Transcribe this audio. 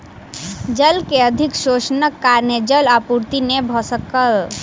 जल के अधिक शोषणक कारणेँ जल आपूर्ति नै भ सकल